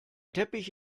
teppich